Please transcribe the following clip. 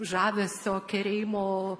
žavesio kerėjimo